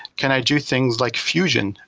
can i do things like fusion?